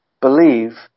Believe